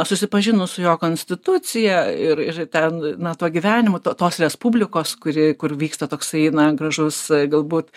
susipažinus su jo konstitucija ir ir ir ten na to gyvenimo to tos respublikos kuri kur vyksta toksai na gražaus galbūt